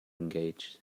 engaged